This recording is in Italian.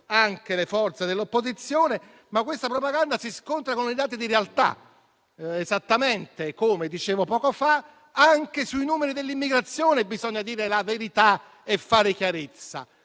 anche le forze dell'opposizione e si scontra con i dati della realtà. Esattamente come dicevo poco fa, anche sui numeri dell'immigrazione bisogna dire la verità e fare chiarezza: